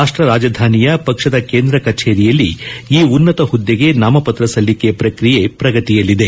ರಾಷ್ಟ್ರ ರಾಜಧಾನಿಯ ಪಕ್ಷದ ಕೇಂದ್ರ ಕಚೇರಿಯಲ್ಲಿ ಈ ಉನ್ನತ ಹುದ್ಗೆ ನಾಮಪತ್ರ ಸಲ್ಲಿಕೆ ಪ್ರಕ್ರಿಯೆ ಪ್ರಗತಿಯಲ್ಲಿದೆ